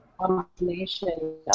Combination